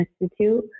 Institute